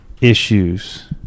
issues